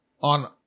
on